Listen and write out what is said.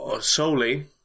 solely